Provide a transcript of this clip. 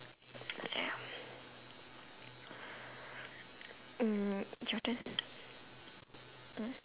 ya mm your turn mm